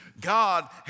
God